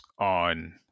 on